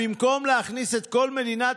זה מה שחסר היום במדינת